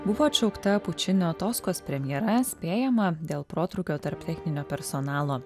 buvo atšaukta pučinio toskos premjera spėjama dėl protrūkio tarp techninio personalo